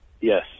Yes